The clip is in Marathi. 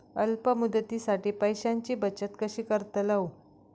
अल्प मुदतीसाठी पैशांची बचत कशी करतलव?